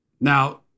Now